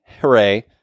hooray